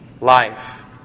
life